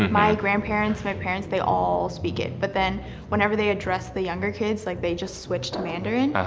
my grandparents, my parents, they all speak it, but then whenever they address the younger kids like, they just switch to mandarin.